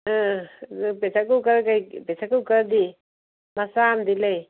ꯑ ꯑꯗꯨ pressure cooker pressure ꯀꯨꯀꯔꯗꯤ ꯃꯆꯥ ꯑꯗꯤ ꯂꯩ